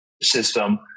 system